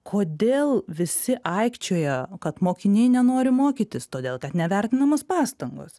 kodėl visi aikčioja kad mokiniai nenori mokytis todėl kad nevertinamos pastangos